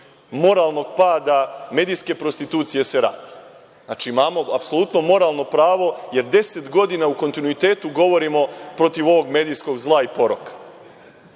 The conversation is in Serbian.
moralnog pada i medijske prostitucije se radi. Znači, imamo apsolutno moralno pravo, jer deset godina u kontinuitetu govorimo protiv ovog medijskog zla i poroka. Šta